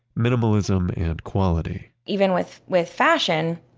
minimalism, and quality even with with fashion,